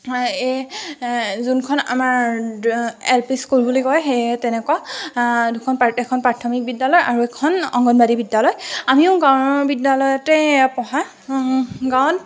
এই যোনখন আমাৰ এল পি স্কুল বুলি কয় সেই তেনেকুৱা দুখন এখন প্ৰাথমিক বিদ্যালয় আৰু এখন অংগনবাডী বিদ্যালয় আমিও গাঁৱৰ বিদ্যালয়তে পঢ়া গাঁৱত